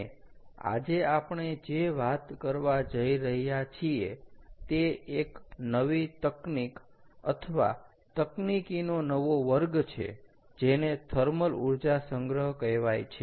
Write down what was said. અને આજે આપણે જે વાત કરવા જઈ રહ્યા છીએ તે એક નવી તકનીક અથવા તકનીકીનો નવો વર્ગ છે જેને થર્મલ ઊર્જા સંગ્રહ કહેવાય છે